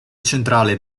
centrale